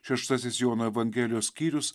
šeštasis jono evangelijos skyrius